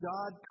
God